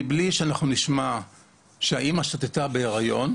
מבלי שאנחנו נדע שהאמא שתתה בהיריון,